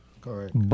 Correct